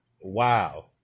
Wow